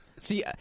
See